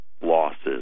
losses